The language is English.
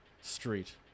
Street